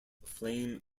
flame